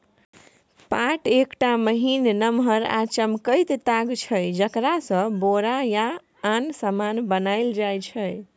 पाट एकटा महीन, नमहर आ चमकैत ताग छै जकरासँ बोरा या आन समान बनाएल जाइ छै